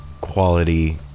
quality